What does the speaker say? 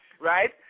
right